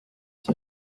said